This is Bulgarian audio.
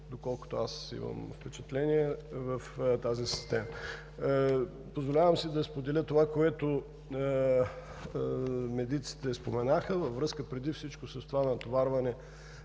доколкото аз имам впечатление от тази система. Позволявам си да споделя какво медиците споменаха във връзка преди всичко с натоварването